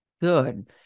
good